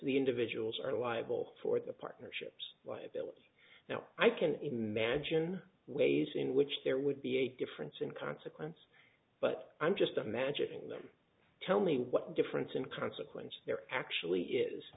the individuals are liable for the partnerships liability now i can imagine ways in which there would be a difference in consequence but i'm just imagining them tell me what difference in consequences there actually is